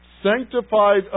Sanctified